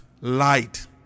light